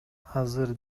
азыр